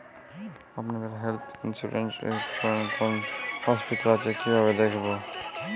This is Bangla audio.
আপনাদের হেল্থ ইন্সুরেন্স এ কোন কোন হসপিটাল আছে কিভাবে দেখবো?